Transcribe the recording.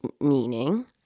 meaning